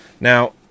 Now